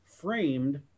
framed